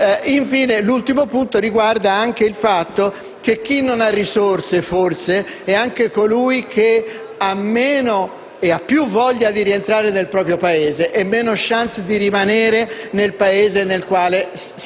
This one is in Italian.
avanzata. L'ultimo aspetto riguarda il fatto che chi non ha risorse forse è anche colui che ha più voglia di rientrare nel proprio Paese e meno *chance* di rimanere nel Paese nel quale si